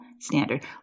standard